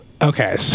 Okay